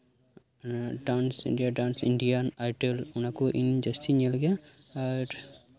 dance Bangla dance India Indian idol ᱧᱮᱞ ᱞᱮᱜᱮ ᱟᱨ